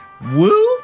Woo